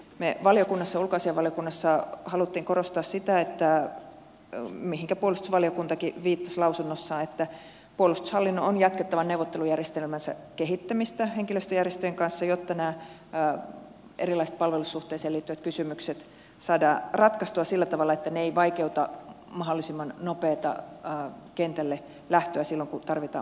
me ulkoasiainvaliokunnassa halusimme korostaa sitä mihinkä puolustusvaliokuntakin viittasi lausunnossaan että puolustushallinnon on jatkettava neuvottelujärjestelmänsä kehittämistä henkilöstöjärjestöjen kanssa jotta nämä erilaiset palvelussuhteisiin liittyvät kysymykset saadaan ratkaistua sillä tavalla että ne eivät vaikeuta mahdollisimman nopeata kentälle lähtöä silloin kun tarvitaan osallistumispäätös